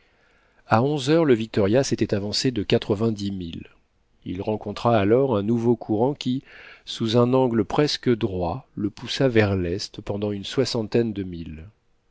a onze heures le victoria s'était avancé de quatre-vingt-dix milles il rencontra alors un nouveau courant qui sous un angle presque droit le poussa vers l'est pendant une soixantaine de milles